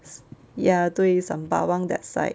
ya 对 sembawang that side